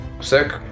Sick